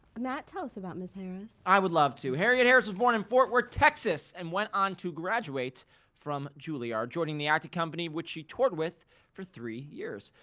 matt tell us about miss harris. i would love to. harriet harris was born in fort worth, texas and went on to graduates from julliard, joining the acting company, which she toured with for three years.